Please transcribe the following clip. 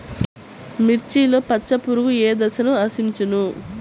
మిర్చిలో పచ్చ పురుగు ఏ దశలో ఆశించును?